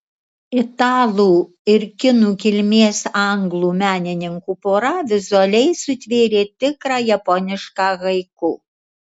italų ir kinų kilmės anglų menininkų pora vizualiai sutvėrė tikrą japonišką haiku